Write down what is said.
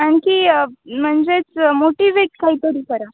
आणखी म्हणजेच मोटिवेट काही तरी करा